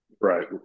right